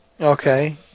Okay